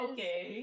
Okay